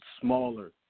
smaller